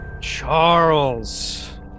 Charles